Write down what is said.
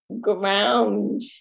ground